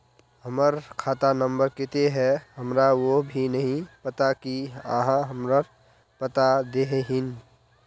हमर खाता नम्बर केते है हमरा वो भी नहीं पता की आहाँ हमरा बता देतहिन?